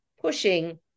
pushing